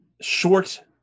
short